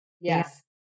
Yes